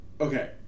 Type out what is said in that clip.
Okay